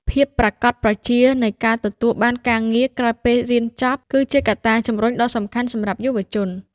ភាពប្រាកដប្រជានៃការទទួលបានការងារក្រោយពេលរៀនចប់ គឺជាកត្តាជំរុញដ៏សំខាន់សម្រាប់យុវជន។